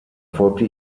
folgte